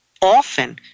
often